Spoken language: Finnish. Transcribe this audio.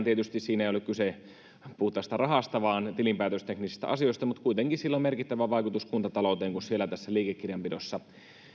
tietysti ole kyse puhtaasta rahasta vaan tilinpäätösteknisistä asioista mutta kuitenkin sillä on merkittävä vaikutus kuntatalouteen kun siellä tässä liikekirjanpidossa